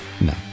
No